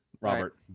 Robert